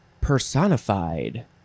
personified